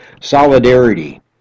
solidarity